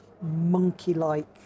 monkey-like